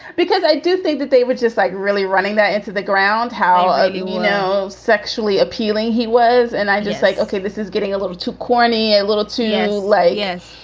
because i do think that they were just like really running that into the ground. how, you know, sexually appealing. he was. and i just like, okay, this is getting a little too corny and a little too yeah late. yes.